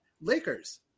Lakers